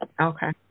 Okay